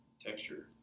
Texture